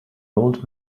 old